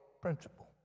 principle